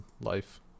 life